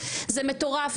זה מטורף,